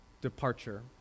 departure